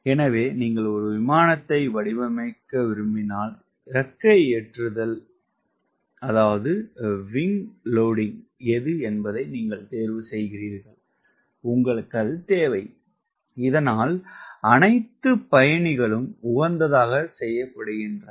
எனவே நீங்கள் ஒரு விமானத்தை வடிவமைக்க விரும்பினால் இறக்கை ஏற்றுதல் எது என்பதை நீங்கள் தேர்வு செய்கிறீர்கள் உங்களுக்கு தேவை இதனால் அனைத்து பயணிகளும் உகந்ததாக செய்யப்படுகின்றன